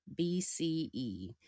BCE